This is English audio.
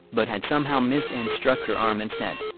but had somehow missed and struck her arm instead.